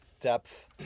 depth